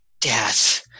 death